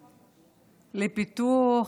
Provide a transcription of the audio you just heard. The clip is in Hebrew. לפיתוח,